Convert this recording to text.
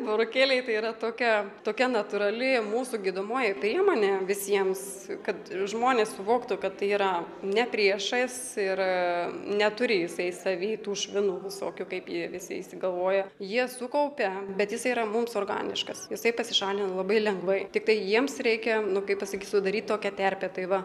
burokėliai tai yra tokia tokia natūrali mūsų gydomoji priemonė visiems kad žmonės suvoktų kad tai yra ne priešais ir neturi jisai savyj tų švinų visokių kaip jie visi išsigalvoja jie sukaupia bet jisai yra mums organiškas jisai pasišalina labai lengvai tiktai jiems reikia nu kaip pasakyt sudaryt tokią terpę tai va